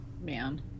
Man